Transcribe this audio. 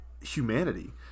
humanity